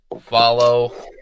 follow